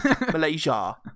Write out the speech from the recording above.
Malaysia